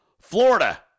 Florida